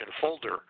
folder